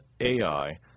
Ai